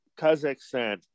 Kazakhstan